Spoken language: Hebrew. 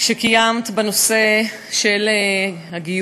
שקיימת בנושא הגיור.